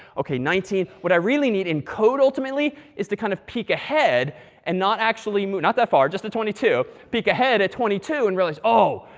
ok nineteen what i really need in code, ultimately, is to kind of peek ahead and not actually move not that far. just to twenty two. peek ahead at twenty two and realize, oh,